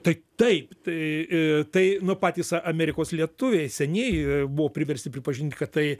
tai taip tai i tai nu patys a amerikos lietuviai senieji buvo priversti pripažint kad tai